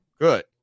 Good